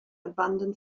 abandon